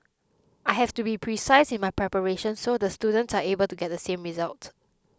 I have to be precise in my preparations so the students are able to get the same results